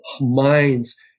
minds